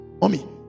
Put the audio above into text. Mommy